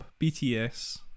BTS